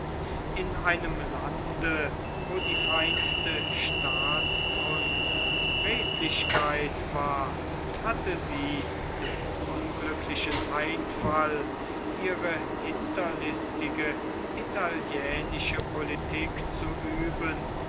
in einem lande wo die feinste staatskunst redlichkeit war hatte sie den unglücklichen einfall ihre hinterlistige italienische politik zu üben